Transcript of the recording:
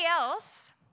else